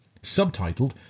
subtitled